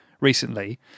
recently